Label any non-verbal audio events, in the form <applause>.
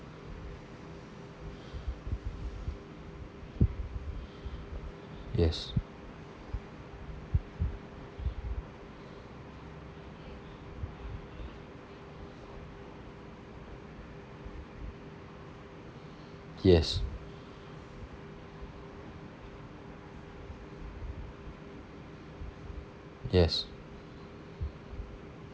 <breath> <breath> yes yes <breath> yes